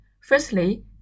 Firstly